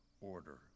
order